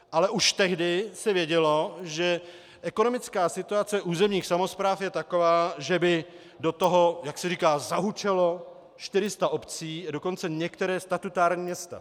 Ale už tehdy se vědělo, že ekonomická situace územních samospráv je taková, že by do toho, jak se říká, zahučelo 400 obcí, dokonce některá statutární města.